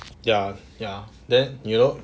ya ya then you know